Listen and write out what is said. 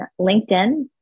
LinkedIn